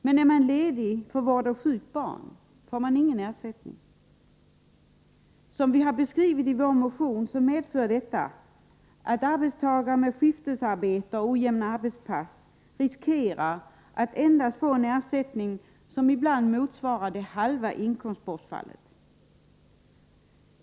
Men är man ledig för vård av sjukt barn får man ingen ersättning. Som vi har beskrivit i vår motion medför detta att arbetstagare med skiftarbete och ojämna arbetspass riskerar att endast få en ersättning som motsvarar halva inkomstbortfallet.